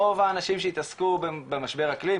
רוב האנשים שהתעסקו במשבר האקלים,